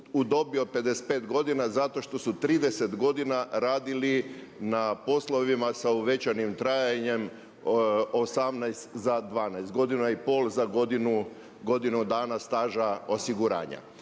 u dobi od 55 godina zato što su 30 godina radili na poslovima sa uvećanim trajanjem 18 za 12, godina i pol za godinu dana staža osiguranja.